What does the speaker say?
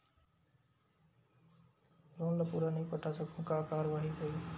Loan ला पूरा नई पटा सकहुं का कारवाही होही?